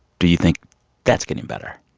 do you think that's getting better?